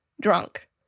drunk